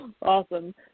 Awesome